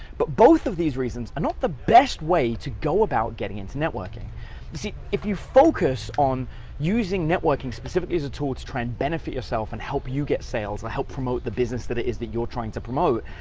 but both of these reasons are not the best way to go about getting into networking. you see, if you focus on using networking specifically as a tool to try and benefit yourself and help you get sales or help promote the business that it is that you're trying to promote,